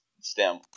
stem